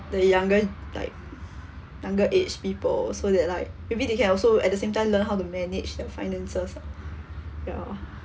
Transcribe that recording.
the younger like younger age people so that like maybe they can also at the same time learn how to manage their finances ah ya